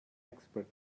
expert